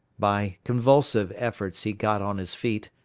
by convulsive efforts he got on his feet,